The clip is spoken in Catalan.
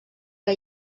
que